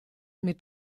mit